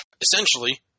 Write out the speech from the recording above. Essentially